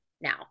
now